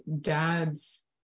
dad's